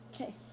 Okay